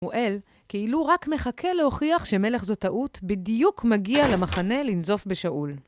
שמואל, כאילו רק מחכה להוכיח שמלך זו טעות, בדיוק מגיע למחנה לנזוף בשאול.